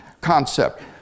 concept